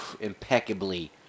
impeccably